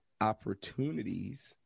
opportunities